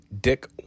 Dick